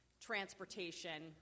transportation